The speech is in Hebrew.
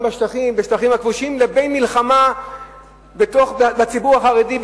בשטחים הכבושים לבין מלחמה בציבור החרדי,